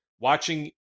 watching